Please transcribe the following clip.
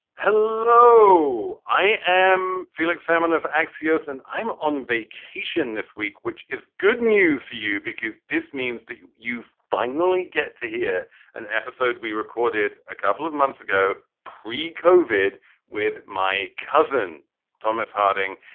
hello, i am felix salmon of axios and i'm on vacation this week, which is good news for you because this means that you finally get to hear an episode we recorded a couple of months ago, pre covid with my cousin thomas harding.